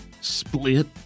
split